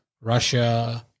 Russia